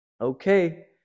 okay